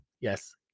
Yes